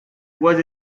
was